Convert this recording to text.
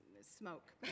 smoke